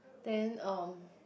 then um